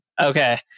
Okay